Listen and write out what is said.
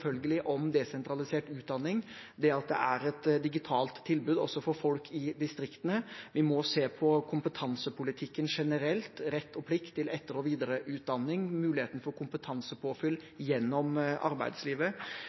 om desentralisert utdanning, det at det er et digitalt tilbud også for folk i distriktene, og vi må se på kompetansepolitikken generelt, rett og plikt til etter- og videreutdanning og muligheten for kompetansepåfyll gjennom arbeidslivet.